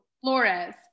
Flores